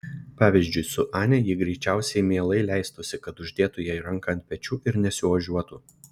pavyzdžiui su ane ji greičiausiai mielai leistųsi kad uždėtų jai ranką ant pečių ir nesiožiuotų